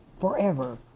forever